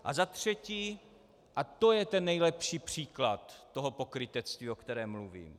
A za třetí, a to je ten nejlepší příklad pokrytectví, o kterém mluvím.